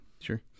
sure